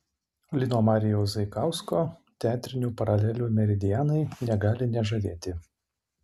lino marijaus zaikausko teatrinių paralelių meridianai negali nežavėti